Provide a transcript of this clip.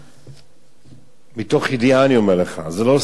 מתוך ידיעה אני אומר לך: זה לא סתם עולה עכשיו באקראי.